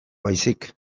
baizik